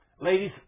Ladies